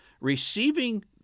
receiving